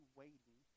waiting